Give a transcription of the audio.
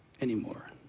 anymore